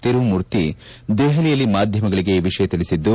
ತಿರುಮೂರ್ತಿ ದೆಹಲಿಯಲ್ಲಿ ಮಾಧ್ಯಮಗಳಿಗೆ ಈ ವಿಷಯ ತಿಳಿಸಿದ್ದು